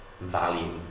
value